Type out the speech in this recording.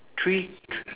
three thr~